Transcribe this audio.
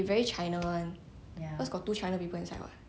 everytime we go karaoke right 他们一直唱中文歌的 leh